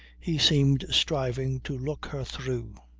he seemed striving to look her through.